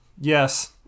Yes